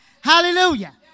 Hallelujah